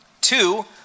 two